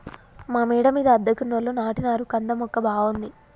మా మేడ మీద అద్దెకున్నోళ్లు నాటినారు కంద మొక్క బాగుంది